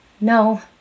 No